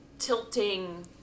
Tilting